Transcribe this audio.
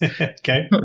Okay